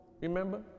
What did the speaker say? remember